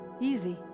easy